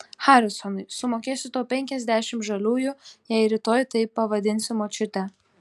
harisonai sumokėsiu tau penkiasdešimt žaliųjų jei rytoj taip pavadinsi močiutę